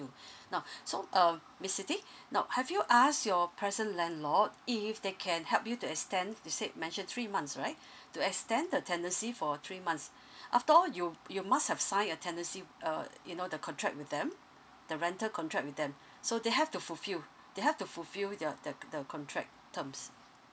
now so um miss siti now have you asked your present landlord if they can help you to extend you said mentioned three months right to extend the tenancy for three months after all you you must have signed a tenancy uh you know the contract with them the rental contract with them so they have to fulfill they have to fulfill ye~ the the contract terms